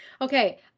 Okay